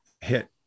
hit